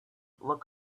look